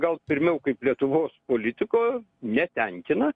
gal pirmiau kaip lietuvos politiko netenkina